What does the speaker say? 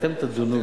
ואתם תדונו,